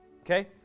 okay